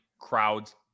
crowds